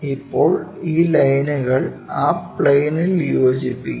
ഇപ്പോൾ ഈ ലൈനുകൾ ആ പ്ളേനിൽ യോജിപ്പിക്കുക